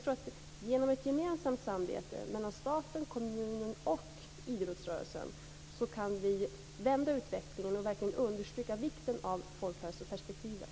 Med hjälp av ett gemensamt samarbete mellan staten, kommunen och idrottsrörelsen kan vi vända utvecklingen och understryka vikten av folkhälsoperspektivet.